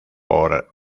por